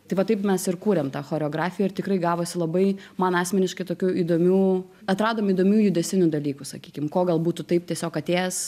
tai va taip mes ir kūrėm tą choreografiją ir tikrai gavosi labai man asmeniškai tokių įdomių atradom įdomių judesinių dalykų sakykim ko galbūt tu taip tiesiog atėjęs